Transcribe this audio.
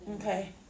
okay